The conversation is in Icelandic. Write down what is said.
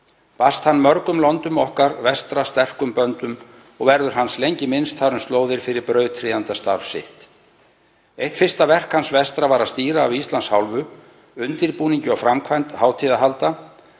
Bast hann mörgum löndum okkar vestra sterkum böndum og verður hans lengi minnst þar um slóðir fyrir brautryðjandastarf sitt. Eitt fyrsta verk hans vestra var að stýra af Íslands hálfu undirbúningi og framkvæmd hátíðahalda